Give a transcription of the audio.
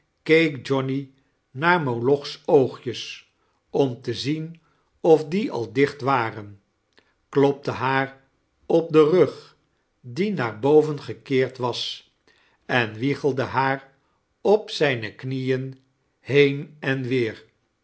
johnny naar moloch's oogjes om te zien of die al dicht waren klopte haar op den rug die naar boven gekeerd was en wiegelde haar op zijne knieen heen en weer